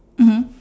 mmhmm